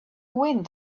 wind